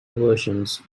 versions